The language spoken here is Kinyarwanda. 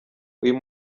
uyu